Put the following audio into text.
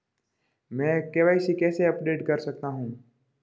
मैं के.वाई.सी कैसे अपडेट कर सकता हूं?